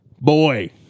boy